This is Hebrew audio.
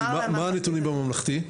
מה הנתונים בממלכתי?